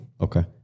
Okay